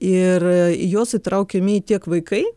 ir į juos įtraukiami tiek vaikai